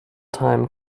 time